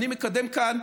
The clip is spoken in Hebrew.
אני מקדם כאן